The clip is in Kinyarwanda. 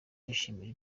bishimira